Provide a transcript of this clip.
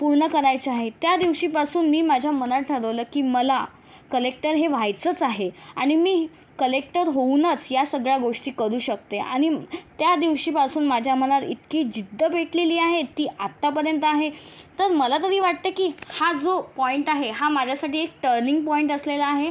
पूर्ण करायच्या आहेत त्या दिवशीपासून मी माझ्या मनात ठरवलं की मला कलेक्टर हे व्हायचंच आहे आणि मी कलेक्टर होऊनच या सगळ्या गोष्टी करू शकते आणि त्या दिवशीपासून माझ्या मनात इतकी जिद्द पेटलेली आहे ती आत्तापर्यंत आहे तर मला तरी वाटते की हा जो पॉईंट आहे हा माझ्यासाठी एक टर्निंग पॉईंट असलेला आहे